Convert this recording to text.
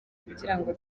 kugirango